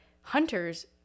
Hunters